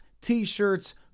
T-shirts